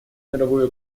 мировую